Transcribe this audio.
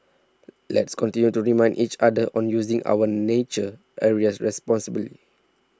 let's continue to remind each other on using our nature areas responsibly